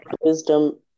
wisdom